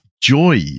joy